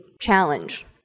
challenge